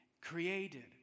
created